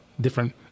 different